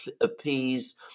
appease